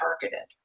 targeted